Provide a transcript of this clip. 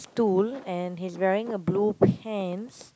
tool and he's wearing a blue pants